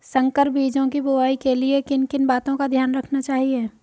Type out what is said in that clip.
संकर बीजों की बुआई के लिए किन किन बातों का ध्यान रखना चाहिए?